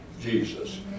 Jesus